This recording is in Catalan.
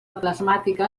plasmàtica